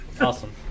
Awesome